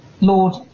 Lord